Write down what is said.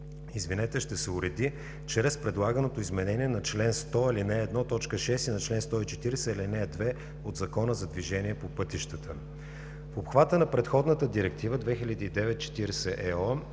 изправност ще се уреди чрез предлаганото изменение на чл. 100, ал. 1, т. 6 и на чл. 140, ал. 2 от Закона за движение по пътищата. В обхвата на предходната директива – 2009/40/ЕО